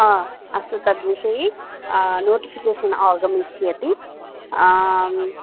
हा अस्तु तद्विषये नोटिफ़िकेशन् आगमिष्यति आम्